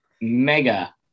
Mega